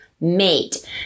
mate